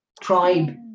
tribe